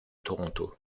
toronto